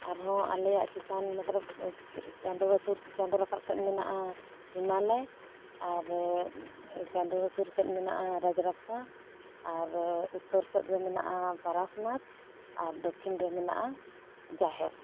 ᱟᱨᱦᱚᱸ ᱟᱞᱮᱭᱟᱜ ᱪᱮᱛᱟᱱ ᱢᱚᱛᱞᱚᱵᱽ ᱪᱟᱸᱫᱳ ᱦᱟᱹᱥᱩᱨ ᱪᱟᱸᱫᱳ ᱨᱟᱠᱟᱵ ᱥᱮᱫ ᱢᱮᱱᱟᱜᱼᱟ ᱦᱤᱢᱟᱞᱟᱭ ᱟᱨ ᱪᱟᱸᱫᱚ ᱦᱟᱹᱥᱩᱨ ᱥᱮᱫ ᱢᱮᱱᱟᱜᱼᱟ ᱨᱟᱡᱽᱨᱟᱯᱯᱟ ᱟᱨ ᱩᱛᱛᱚᱨ ᱥᱮᱫ ᱨᱮ ᱢᱮᱱᱟᱜᱼᱟ ᱯᱟᱨᱮᱥᱱᱟᱛᱷ ᱟᱨ ᱫᱚᱠᱠᱷᱤᱱ ᱨᱮ ᱢᱮᱱᱟᱜᱼᱟ ᱡᱟᱦᱮᱨ